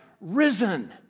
risen